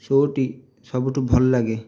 ଶୋ'ଟି ସବୁଠୁ ଭଲ ଲାଗେ